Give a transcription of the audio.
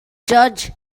judge